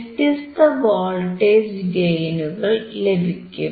വ്യത്യസ്ത വോൾട്ടേജ് ഗെയിനുകൾ ലഭിക്കും